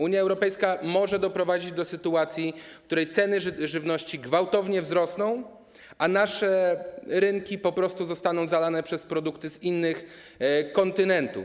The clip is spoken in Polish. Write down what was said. Unia Europejska może doprowadzić do sytuacji, w której ceny żywności gwałtownie wzrosną, a nasze rynki po prostu zostaną zalane przez produktu z innych kontynentów.